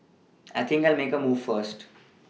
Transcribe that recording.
I think I'll make a move first